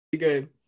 Good